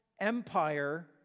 empire